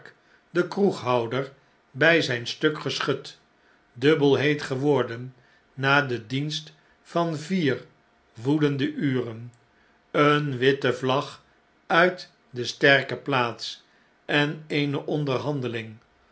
de kroeghouder by zjjn stuk geschut dubbel heet geworden na den dienst van vier woedende uren een witte vlag uit de sterke plaats en eene onderhandeling